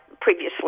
previously